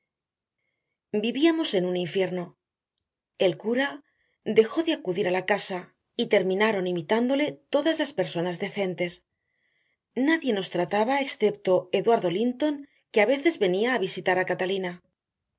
vivíamos en un infierno el cura dejó de acudir a la casa y terminaron imitándole todas las personas decentes nadie nos trataba excepto eduardo linton que a veces venía a visitar a catalina